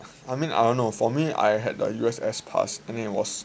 I mean I don't know for me I had the U_S_S pass and it was